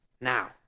now